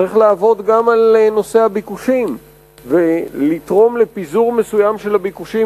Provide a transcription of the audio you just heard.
צריך לעבוד גם על נושא הביקושים ולתרום לפיזור מסוים של הביקושים,